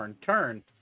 Turn